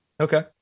okay